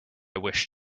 wish